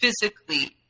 physically